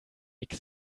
nix